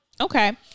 Okay